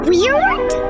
Weird